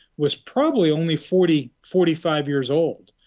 was probably only forty forty five years old.